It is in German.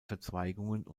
verzweigungen